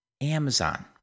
Amazon